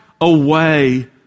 away